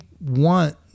want